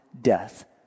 death